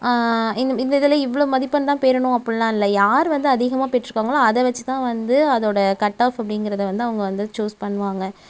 இந் இந்த இதில் இவ்வளோ மதிப்பெண்தான் பெறணும் அப்படிலாம் இல்லை யார் வந்து அதிகமாக பெற்றுருக்காங்களோ அதை வச்சுதான் வந்து அதோடய கட்ஆஃப் அப்படிங்கிறத வந்து அவங்க சூஸ் பண்ணுவாங்க